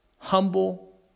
Humble